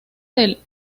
del